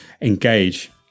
Engage